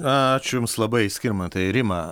ačiū jums labai skirmantai rima